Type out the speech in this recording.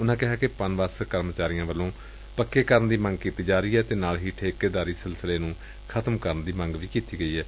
ਉਨੂਾ ਕਿਹਾ ਕਿ ਪਨਬੱਸ ਕਰਮਚਾਰੀਆਂ ਵੱਲੋਂ ਪੱਕੇ ਕਰਨ ਦੀ ਮੰਗ ਕੀਤੀ ਜਾ ਰਹੀ ਏ ਅਤੇ ਨਾਲ ਹੀ ਠੇਕੇਦਾਰੀ ਸਿਸਟਮ ਨੁੰ ਖਤਮ ਕਰਨ ਦੀਂ ਮੰਗ ਕੀਤੀ ਜਾ ਰਹੀ ਏ